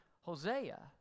Hosea